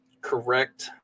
correct